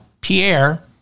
Pierre